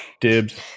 Dibs